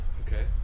Okay